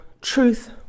truth